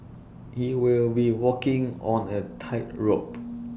he will be walking on A tightrope